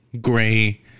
gray